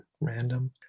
random